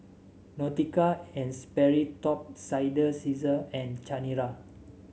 Nautica And Sperry Top Sider Cesar and Chanira